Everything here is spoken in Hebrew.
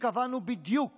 התכוונו בדיוק